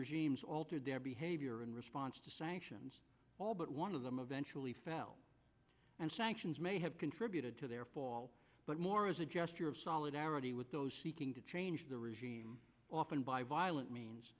regimes alter their behavior in response to sanctions all but one of them eventually fell and sanctions may have contributed to their fall but more as a gesture of solidarity with those seeking to change the regime often by violent means